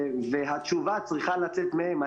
והתשובה צריכה לצאת מהם.